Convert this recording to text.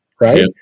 right